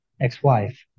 ex-wife